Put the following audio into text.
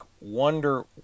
wonder